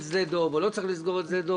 שדה דב או שלא צריך לסגור את שדה דב,